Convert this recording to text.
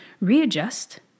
Readjust